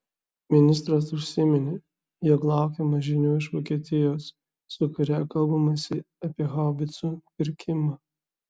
ministras užsiminė jog laukiama žinių iš vokietijos su kuria kalbamasi apie haubicų pirkimą